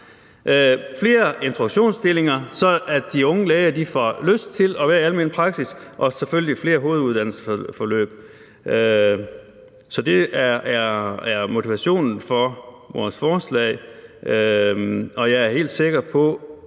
flere introduktionsstillinger, så de unge læger får lyst til at være i almen praksis, og selvfølgelig flere hoveduddannelsesforløb, og det er motivationen for vores forslag. Altså,